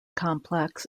complex